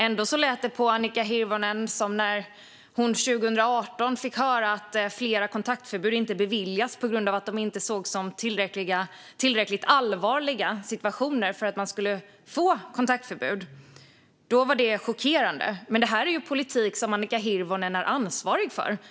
Ändå låter det på Annika Hirvonen som när hon 2018 fick höra att flera kontaktförbud inte beviljades på grund av de inte sågs som tillräckligt allvarliga situationer för att det skulle bli kontaktförbud. Då var det chockerande, men detta är politik som Annika Hirvonen är ansvarig för.